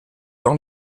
dans